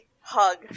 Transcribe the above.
hug